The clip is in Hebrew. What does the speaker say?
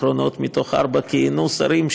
תודה רבה, אדוני היושב-ראש, השרים,